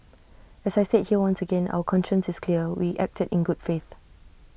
as I said here once again our conscience is clear we acted in good faith